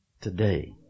today